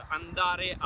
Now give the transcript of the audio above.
andare